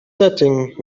setting